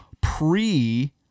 pre